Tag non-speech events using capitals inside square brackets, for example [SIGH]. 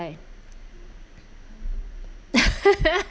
[LAUGHS]